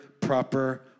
proper